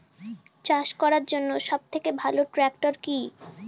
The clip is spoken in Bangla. চাষ করার জন্য সবথেকে ভালো ট্র্যাক্টর কি?